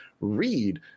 read